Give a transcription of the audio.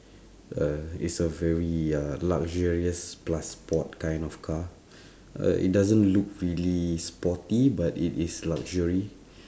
uh it's a very uh luxurious plus sport kind of car uh it doesn't look real;y sporty but it is luxury